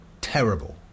terrible